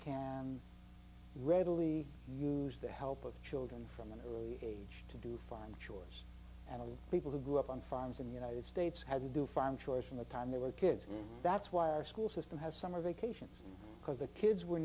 can readily use the help of children from an early age to do fine short and people who grew up on farms in the united states had to do farm chores from the time they were kids and that's why our school system has summer vacations because the kids were